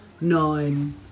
Nine